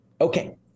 Okay